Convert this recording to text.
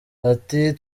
ati